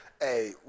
Hey